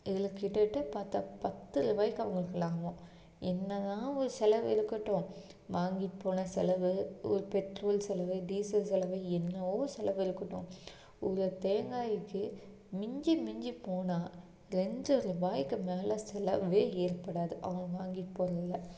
இதில் கிட்டத்தட்ட அதில் பத்து பத்து ரூபாய்க்கு அவங்களுக்கு லாபம் என்னதான் ஒரு செலவு இருக்கட்டும் வாங்கிட்டு போன செலவு ஒரு பெட்ரோல் செலவு டீசல் செலவு என்னவோ செலவு இருக்கட்டும் ஒரு தேங்காய்க்கு மிஞ்சி மிஞ்சி போனால் ரெண்டு ரூபாய்க்கு மேலே செலவே ஏற்படாது அவங்க வாங்கிட்டு போறதில்